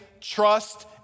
trust